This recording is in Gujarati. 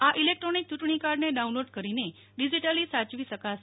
આ ઇલેક્ટ્રોનિક ચુંટણી કાર્ડને ડાઉનલોડ કરીને ડિજીટલી સાચવી શકાશે